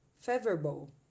favorable